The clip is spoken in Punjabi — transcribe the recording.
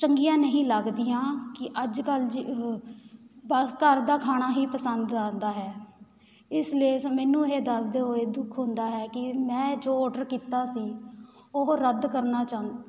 ਚੰਗੀਆਂ ਨਹੀਂ ਲੱਗਦੀਆਂ ਕਿ ਅੱਜ ਕੱਲ੍ਹ ਜ ਦ ਘਰ ਦਾ ਖਾਣਾ ਹੀ ਪਸੰਦ ਆਉਂਦਾ ਹੈ ਇਸ ਲਈ ਸ ਮੈਨੂੰ ਇਹ ਦੱਸਦੇ ਹੋਏ ਦੁੱਖ ਹੁੰਦਾ ਹੈ ਕਿ ਮੈਂ ਜੋ ਓਰਡਰ ਕੀਤਾ ਸੀ ਉਹ ਰੱਦ ਕਰਨਾ ਚਾਹੁੰ